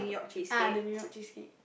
ah the New-York cheesecake